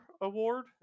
award